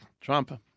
Trump